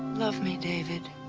love me, david.